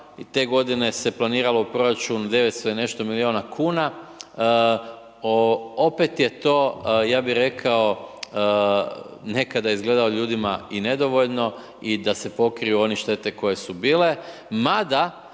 te godine se planiralo u proračunu 900 i nešto milijuna kuna, opet je to ja bih rekao nekada izgledalo ljudima i nedovoljno i da se pokriju one štete koje su bile,